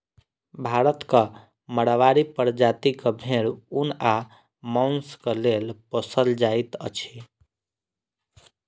भारतक माड़वाड़ी प्रजातिक भेंड़ ऊन आ मौंसक लेल पोसल जाइत अछि